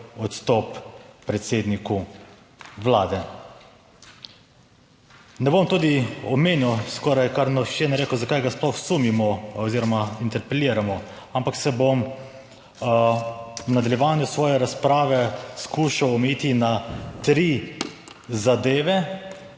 odstop predsedniku Vlade. Ne bom tudi omenil, skoraj kar je / nerazumljivo/ rekel, zakaj ga sploh sumimo oziroma interpeliramo, ampak se bom v nadaljevanju svoje razprave skušal omejiti na tri zadeve,